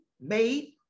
made